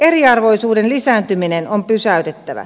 eriarvoisuuden lisääntyminen on pysäytettävä